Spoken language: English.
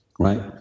Right